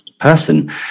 person